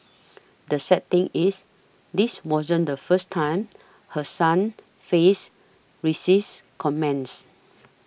the sad thing is this wasn't the first time her son faced racist comments